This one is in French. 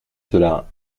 cela